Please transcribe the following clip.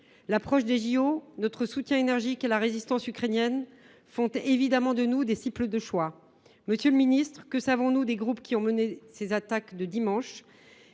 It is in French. Paralympiques et notre soutien énergique à la résistance ukrainienne font évidemment de nous des cibles de choix. Monsieur le ministre, que savons nous des groupes qui ont mené les attaques dimanche